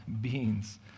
beings